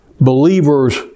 believers